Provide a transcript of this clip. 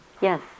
Yes